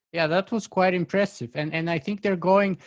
yeah, that was quite impressive and and i think they are going,